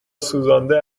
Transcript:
سوزانده